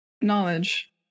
knowledge